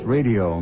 Radio